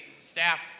staff